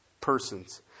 persons